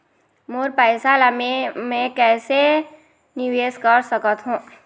मोर पैसा ला मैं कैसे कैसे निवेश कर सकत हो?